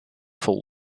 full